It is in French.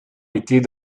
étaient